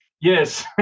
Yes